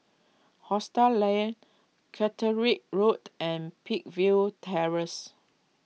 Hostel Lah Catterick Road and Peakville Terrace